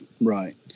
right